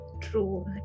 true